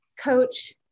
coach